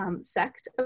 Sect